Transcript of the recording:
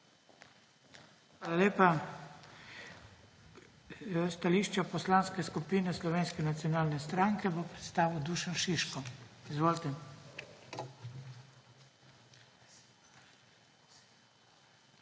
Hvala lepa. Stališče Poslanske skupine Slovenske nacionalne stranke bo predstavil Dušan Šiško. Izvolite. **DUŠAN